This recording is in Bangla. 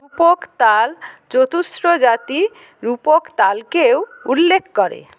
তাল চতুশ্র জাতি রূপক তালকেও উল্লেখ করে